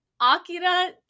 Akira